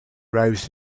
roused